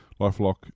Lifelock